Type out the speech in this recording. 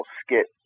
skit